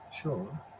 Sure